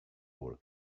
were